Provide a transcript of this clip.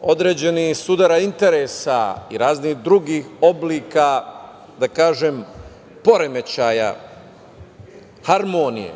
određenih sudova interesa i raznih drugih oblika, da kažem, poremećaja harmonije,